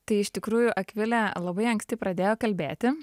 tai iš tikrųjų akvilė labai anksti pradėjo kalbėti